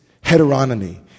heteronomy